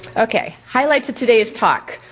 okay, highlights of today's talk.